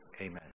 Amen